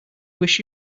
wish